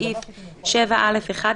(1)בסעיף 7(א)(1),